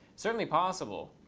certainly possible.